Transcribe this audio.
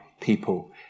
people